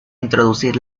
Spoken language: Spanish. introducir